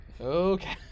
Okay